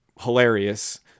hilarious